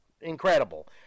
Incredible